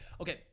okay